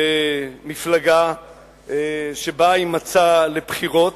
ומפלגה שבאה עם מצע לבחירות,